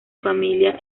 familia